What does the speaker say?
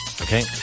Okay